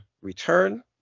return